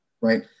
right